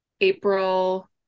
april